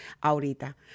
ahorita